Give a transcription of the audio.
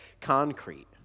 concrete